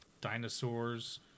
dinosaurs